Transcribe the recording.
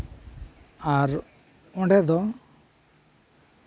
ᱟᱨ ᱚᱸᱰᱮ ᱫᱚ